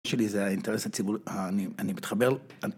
שלי זה האינטרס הציבורי, אני מתחבר